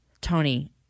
Tony